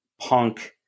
punk